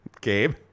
Gabe